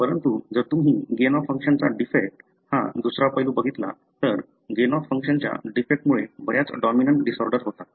परंतु जर तुम्ही गेन ऑफ फंक्शनचा डिफेक्ट हा दुसरा पैलू बघितला तर गेन ऑफ फंक्शनच्या डिफेक्ट मुळे बर्याच डॉमिनंट डिसऑर्डर होतात